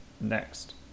next